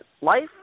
life